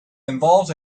involved